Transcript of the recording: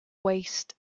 waist